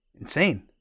Insane